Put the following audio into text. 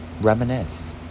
Reminisce